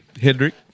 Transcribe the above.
Hedrick